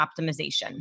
optimization